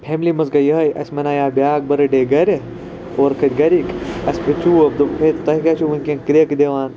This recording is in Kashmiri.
فیملی مَنٛز گٔے یِہے اَسہِ مَنایو بیاکھ بٔرتھ ڈے گَرِ اورٕ کھٔتۍ گَرِکۍ اَسہِ پے چوب دۄپُکھ ہے تۄہہ کیاہ چھِو وِنکٮ۪ن کریٚکہٕ دِوان